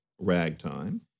Ragtime